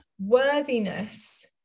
worthiness